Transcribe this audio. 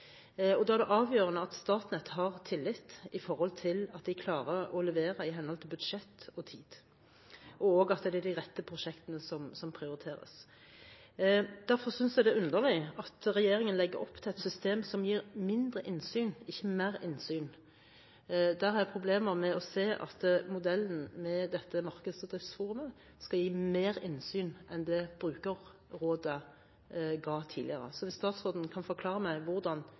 kraftprodusentene. Da er det avgjørende at Statnett har tillit når det gjelder at de klarer å levere i henhold til budsjett og tid, og også at det er de rette prosjektene som prioriteres. Derfor synes jeg det er underlig at regjeringen legger opp til et system som gir mindre innsyn, ikke mer innsyn. Jeg har problemer med å se at modellen med dette markeds- og driftsforumet skal gi mer innsyn enn det brukerrådet ga tidligere, så hvis statsråden kan forklare meg hvordan